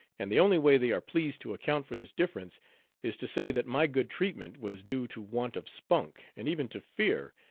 and the only way they are pleased to account for this difference is to say that my good treatment was due to want of spunk, and even to fear,